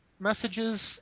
messages